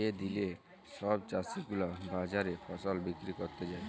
যে দিলে সব চাষী গুলা বাজারে ফসল বিক্রি ক্যরতে যায়